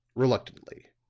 reluctantly,